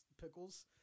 pickles